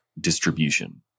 distribution